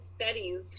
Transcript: studies